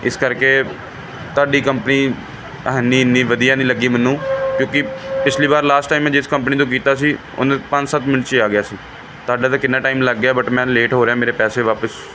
ਇਸ ਕਰਕੇ ਤੁਹਾਡੀ ਕੰਪਨੀ ਹੈ ਨਹੀਂ ਇੰਨੀ ਵਧੀਆ ਨਹੀਂ ਲੱਗੀ ਮੈਨੂੰ ਕਿਉਂਕਿ ਪਿਛਲੀ ਵਾਰ ਲਾਸਟ ਟਾਈਮ ਮੈਂ ਜਿਸ ਕੰਪਨੀ ਤੋਂ ਕੀਤਾ ਸੀ ਉਹਨੂੰ ਪੰਜ ਸੱਤ ਮਿੰਟ 'ਚ ਆ ਗਿਆ ਸੀ ਤੁਹਾਡਾ ਤਾਂ ਕਿੰਨਾ ਟਾਈਮ ਲੱਗ ਗਿਆ ਬਟ ਮੈਂ ਲੇਟ ਹੋ ਰਿਹਾ ਮੇਰੇ ਪੈਸੇ ਵਾਪਸ